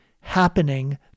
happening